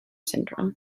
syndrome